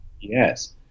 Yes